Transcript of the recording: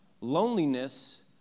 Loneliness